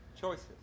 choices